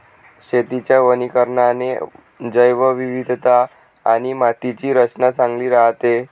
शेतीच्या वनीकरणाने जैवविविधता आणि मातीची रचना चांगली राहते